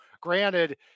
granted